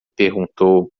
perguntou